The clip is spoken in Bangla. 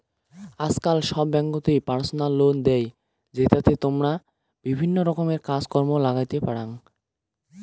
আজকাল সব ব্যাঙ্ককোতই পার্সোনাল লোন দেই, জেতাতে তমরা বিভিন্ন রকমের কাজ কর্ম লাগাইতে পারাং